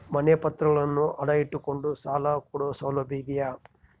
ಮನೆ ಪತ್ರಗಳನ್ನು ಅಡ ಇಟ್ಟು ಕೊಂಡು ಸಾಲ ಕೊಡೋ ಸೌಲಭ್ಯ ಇದಿಯಾ?